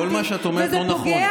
כל מה שאת אומרת לא נכון.